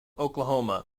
oklahoma